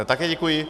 Také děkuji.